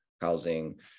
housing